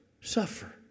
suffer